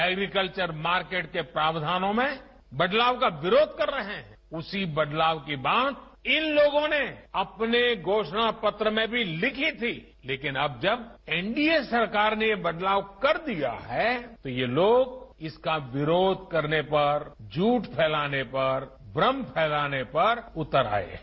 agriculture market के प्रावधानों में बदलाव का विरोध कर रहे हैं उसी बदलाव के बाद इन लोगों ने अपने घोषणा पत्र में भी लिखी थी लेकिन अब जब एनडीए सरकार ने ये बदलाव कर दिया है तो ये लोग इसका विरोध करने पर झूठ फैलाने पर भ्रम फैलाने पर उतर आए हैं